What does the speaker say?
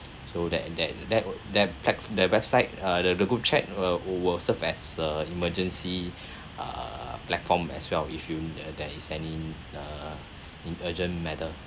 so that that that w~ that web~ that website uh the the group chat wil~ will serve as a emergency uh platform as well if you there there is any uh in urgent matter